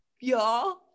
Y'all